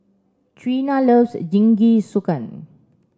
Treena loves Jingisukan